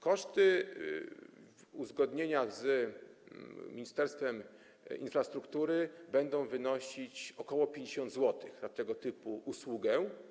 Koszty - to uzgodnienia z Ministerstwem Infrastruktury - będą wynosić ok. 50 zł za tego typu usługę.